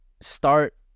start